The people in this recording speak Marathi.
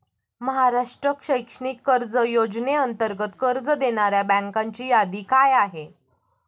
महाराष्ट्र शैक्षणिक कर्ज योजनेअंतर्गत कर्ज देणाऱ्या बँकांची यादी काय आहे?